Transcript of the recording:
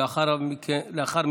297